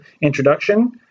introduction